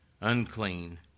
unclean